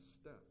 step